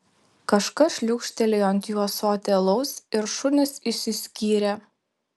kažkas šliūkštelėjo ant jų ąsotį alaus ir šunys išsiskyrė